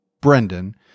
Brendan